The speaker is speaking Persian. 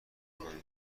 کنیم